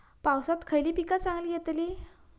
पावसात खयली पीका चांगली येतली?